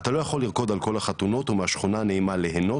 אתה לא יכול לרקוד על כל החתונות או מהשכונה הנעימה להנות.